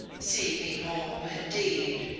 see me home, indeed!